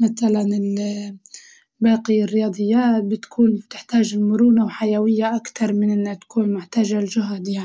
متلاً ال- باقي الرياضيات بتكون بتحتاج مرونة وحيوية أكتر من إنها محتاجة لجهد يعني.